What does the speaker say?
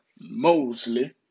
Mosley